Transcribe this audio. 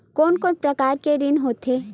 कोन कोन प्रकार के ऋण होथे?